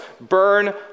burn